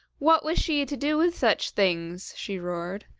what was she to do with such things she roared.